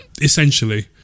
essentially